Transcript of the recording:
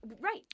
Right